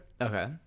okay